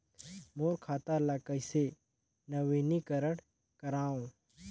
मोर खाता ल कइसे नवीनीकरण कराओ?